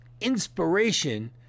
inspiration